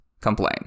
complain